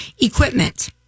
equipment